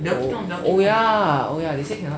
oh oh ya they say cannot